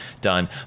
done